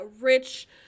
rich